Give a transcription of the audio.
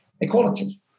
equality